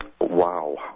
Wow